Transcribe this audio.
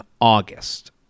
August